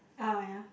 ah yeah